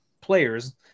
players